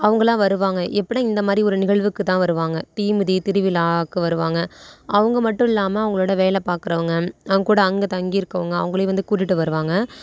அவங்கள்லாம் வருவாங்க எப்போன்னா இந்தமாதிரி ஒரு நிகழ்வுக்குத்தான் வருவாங்க தீமிதி திருவிழாக்கு வருவாங்க அவங்க மட்டும் இல்லாமல் அவங்களோட வேலை பார்க்குறவங்க அவங்ககூட அங்கே தங்கி இருக்கிறவங்க அவங்களையும் வந்து கூட்டிகிட்டு வருவாங்க